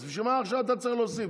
אז בשביל מה אתה צריך עכשיו להוסיף?